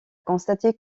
constater